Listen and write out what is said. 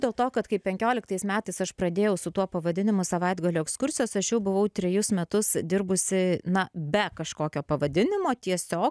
dėl to kad kaip penkioliktais metais aš pradėjau su tuo pavadinimu savaitgalio ekskursijos aš jau buvau trejus metus dirbusi na be kažkokio pavadinimo tiesiog